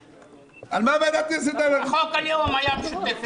על מה ועדת הכנסת דנה --- חוק הלאום היה משותפת.